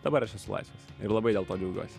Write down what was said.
dabar aš esu laisvas ir labai dėl to džiaugiuosi